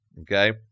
okay